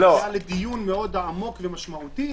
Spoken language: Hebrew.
לדיון עמוק ומשמעותי,